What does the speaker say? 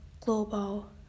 global